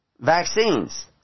vaccines